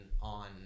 on